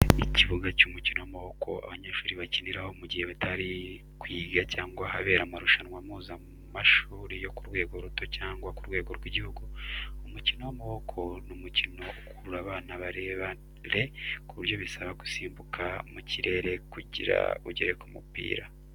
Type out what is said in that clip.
Ikibuga cy'umukino w'amaboko abanyeshuri bakiniraho mu gihe batari kwiga cyangwa ahabera amarushanwa mpuzamashuri yo kurwego ruto cyangwa ku rwego rw'igihugu. Umukino w'amaboko ni umukino ukurura abana barebare kuko bisaba gusimbuka mu kirere kugira ugere ku mupira.